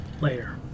Later